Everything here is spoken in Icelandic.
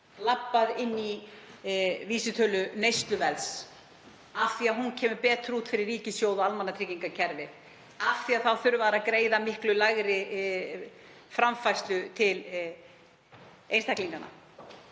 gengið inn í vísitölu neysluverðs af því að hún kemur betur út fyrir ríkissjóð og almannatryggingakerfið, af því að þá þurfa þeir að greiða miklu lægri framfærslu til einstaklinganna